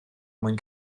mwyn